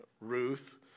Ruth